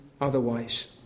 otherwise